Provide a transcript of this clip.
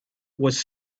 was